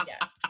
yes